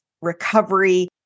Recovery